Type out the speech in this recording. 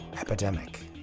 epidemic